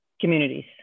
communities